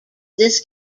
this